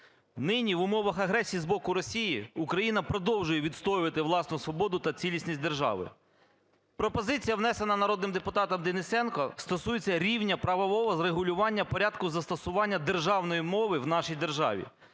Нині в умовах агресії з боку Росії Україна продовжує відстоювати власну свободу та цілісність держави. Пропозиція, внесена народним депутатом Денисенком, стосується рівня правового врегулювання порядку застосування державної мови в нашій державі.